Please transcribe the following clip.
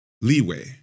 leeway